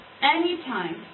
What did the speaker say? Anytime